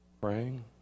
praying